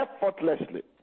effortlessly